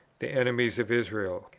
the enemies of israel.